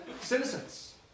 citizens